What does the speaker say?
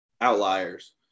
outliers